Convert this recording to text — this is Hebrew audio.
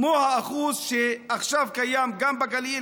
כמו האחוז שעכשיו קיים גם בגליל,